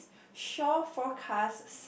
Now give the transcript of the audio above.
shore forecast sun